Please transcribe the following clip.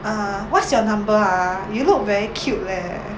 err what's your number ah you look very cute leh